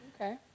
okay